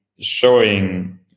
showing